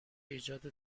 ایجاد